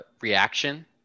reaction